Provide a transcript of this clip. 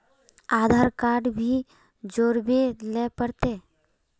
आधार card भी जोरबे ले पड़ते?